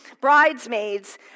bridesmaids